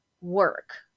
work